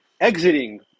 exiting